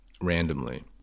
randomly